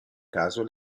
caso